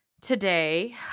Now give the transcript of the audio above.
today